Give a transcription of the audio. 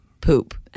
poop